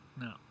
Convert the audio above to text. No